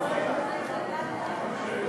קיצור